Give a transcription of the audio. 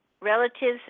relatives